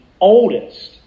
oldest